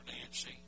Nancy